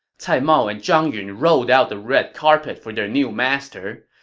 cai mao and zhang yun rolled out the red carpet for their new master.